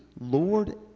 Lord